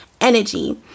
energy